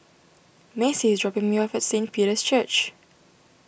Macie is dropping me off at Saint Peter's Church